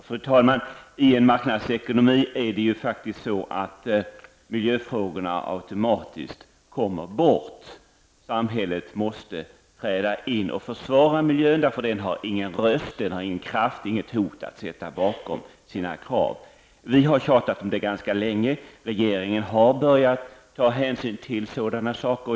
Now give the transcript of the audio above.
Fru talman! I en marknadsekonomi kommer miljöfrågorna automatiskt bort. Samhället måste träda in och försvara miljön, eftersom den inte har någon röst, någon kraft eller något hot att sätta bakom sina krav. Vi har tjatat om det ganska länge. Regeringen har börjat ta hänsyn till sådana saker.